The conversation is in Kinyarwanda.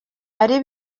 ari